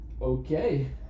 Okay